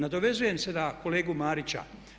Nadovezujem se na kolegu Marića.